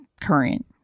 current